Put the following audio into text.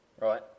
Right